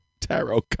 tarot